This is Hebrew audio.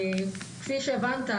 כפי שהבנת,